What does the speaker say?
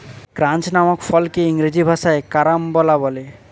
ক্রাঞ্চ নামক ফলকে ইংরেজি ভাষায় কারাম্বলা বলে